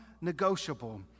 negotiable